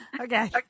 okay